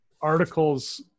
articles